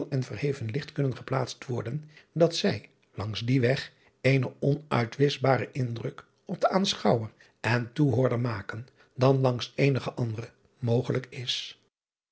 en verheven licht kunnen geplaatst worden dat zij langs dien weg eenen onuitwischbarer indruk op aanschouwer en toehoorder maken dan langs eenigen anderen mogelijk is